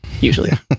usually